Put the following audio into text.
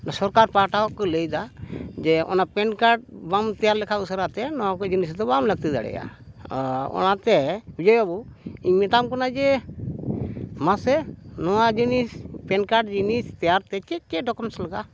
ᱥᱚᱨᱠᱟᱨ ᱯᱟᱦᱴᱟ ᱠᱷᱚᱱ ᱠᱚ ᱞᱟᱹᱭᱫᱟ ᱡᱮ ᱚᱱᱟ ᱯᱮᱱ ᱠᱟᱨᱰ ᱵᱟᱢ ᱛᱮᱭᱟᱨ ᱞᱮᱠᱷᱟᱱ ᱩᱥᱟᱹᱨᱟᱛᱮ ᱱᱚᱣᱟ ᱠᱚ ᱡᱤᱱᱤᱥ ᱫᱚ ᱵᱟᱢ ᱞᱟᱹᱠᱛᱤ ᱫᱟᱲᱮᱭᱟᱜᱼᱟ ᱚᱱᱟᱛᱮ ᱵᱤᱡᱚᱭ ᱵᱟᱹᱵᱩ ᱤᱧ ᱢᱮᱛᱟᱢ ᱠᱟᱱᱟ ᱡᱮ ᱢᱟᱥᱮ ᱱᱚᱣᱟ ᱡᱤᱱᱤᱥ ᱯᱮᱱ ᱠᱟᱨᱰ ᱡᱤᱱᱤᱥ ᱛᱮᱭᱟᱨ ᱛᱮ ᱪᱮᱫ ᱪᱮᱫ ᱰᱚᱠᱳᱢᱮᱱᱥ ᱞᱟᱜᱟᱜᱼᱟ